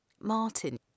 Martin